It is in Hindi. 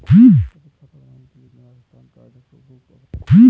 बचत खाता बनवाने के लिए निवास स्थान का एड्रेस प्रूफ आवश्यक है